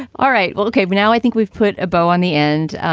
all right. well, ok. but now, i think we've put a bow on the end.